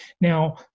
Now